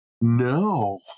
No